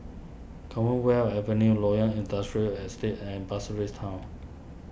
Commonwealth Avenue Loyang Industrial Estate and Pasir Ris Town